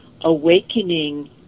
Awakening